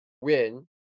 win